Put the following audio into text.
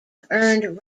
earned